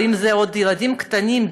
ואם הם ילדים קטנים,